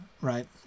Right